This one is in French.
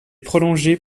prolongée